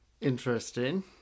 interesting